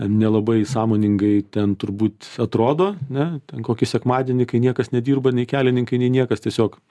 nelabai sąmoningai ten turbūt atrodo ne ten kokį sekmadienį kai niekas nedirba nei kelininkai nei niekas tiesiog